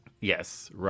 Yes